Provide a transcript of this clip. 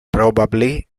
probably